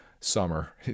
Summer